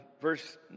verse